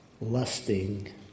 Lusting